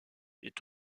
est